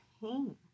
pain